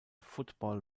football